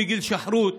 לגינוי המתבקש.